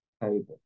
table